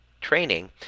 training